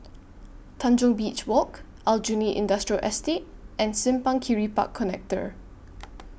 Tanjong Beach Walk Aljunied Industrial Estate and Simpang Kiri Park Connector